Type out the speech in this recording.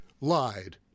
Lied